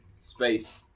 Space